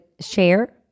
share